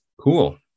Cool